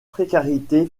précarité